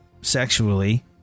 sexually